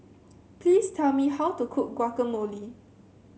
please tell me how to cook Guacamole